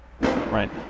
Right